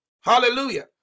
Hallelujah